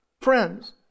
Friends